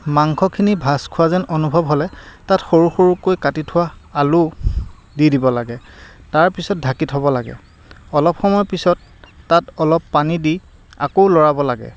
মাংসখিনি ভাজ খোৱা যেন অনুভৱ হ'লে তাত সৰু সৰুকৈ কাটি থোৱা আলু দি দিব লাগে তাৰপিছত ঢাকি থব লাগে অলপ সময়ৰ পিছত তাত অলপ পানী দি আকৌ লৰাব লাগে